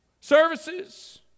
services